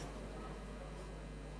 הכנסת,